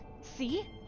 see